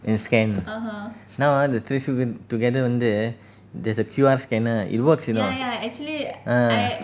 then scan now ah the trace together வந்து:vanthu there's a Q_R scanner it works you know uh